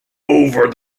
over